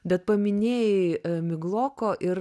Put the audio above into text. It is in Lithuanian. bet paminėjai migloko ir